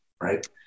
right